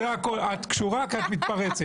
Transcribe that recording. את קשורה, כי את מתפרצת.